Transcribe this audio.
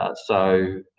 ah so,